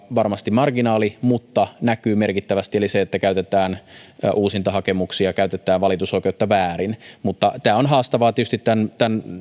varmasti marginaali mutta näkyvät merkittävästi eli sitä että käytetään uusintahakemuksia käytetään valitusoikeutta väärin mutta tämä on haastavaa tietysti tämän tämän